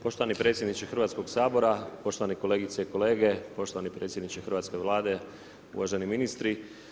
Poštovani predsjedniče Hrvatskog sabora, poštovane kolegice i kolege, poštovani predsjedniče hrvatske Vlade, uvaženi ministri.